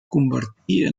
convertir